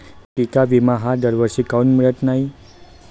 पिका विमा हा दरवर्षी काऊन मिळत न्हाई?